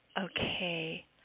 Okay